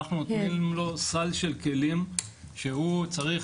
אנחנו נותנים לו סל של כלים שהוא צריך